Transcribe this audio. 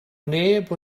neb